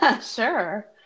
Sure